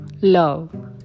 love